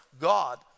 God